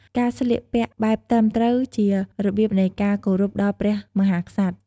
ការស្លៀកពាក់បែបត្រឹមត្រូវជារបៀបនៃការគោរពដល់ព្រះមហាក្សត្រ។